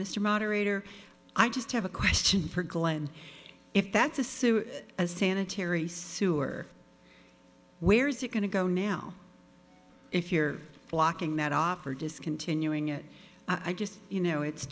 mr moderator i just have a question for glen if that's assuming as sanitary sewer where is it going to go now if you're blocking that off or discontinuing it i just you know it's